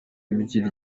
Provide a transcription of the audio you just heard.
ibyo